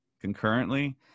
concurrently